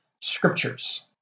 Scriptures